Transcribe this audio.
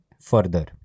further